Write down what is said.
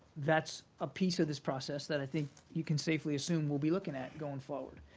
that's a piece of this process that i think you can safely assume we'll be looking at going forward.